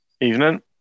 Evening